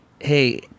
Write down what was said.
hey